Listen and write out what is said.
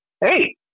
hey